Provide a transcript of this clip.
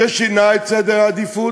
ששינה את סדר העדיפויות,